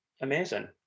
amazing